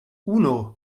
uno